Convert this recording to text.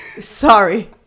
Sorry